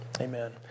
Amen